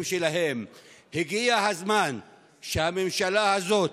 הגיע הזמן שהממשלה הזאת